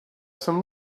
some